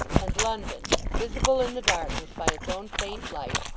and london visible in the darkness by its own faint light,